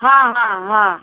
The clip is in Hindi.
हाँ हाँ हाँ